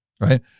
right